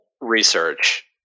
research